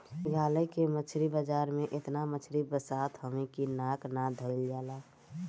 मेघालय के मछरी बाजार में एतना मछरी बसात हवे की नाक ना धइल जाला